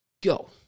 Go